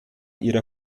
ihrer